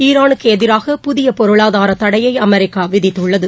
ஈரானுக்கு எதிராக புதிய பொருளாதார தடையை அமெரிக்கா விதித்துள்ளது